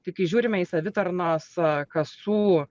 tai kai žiūrime į savitarnos kasų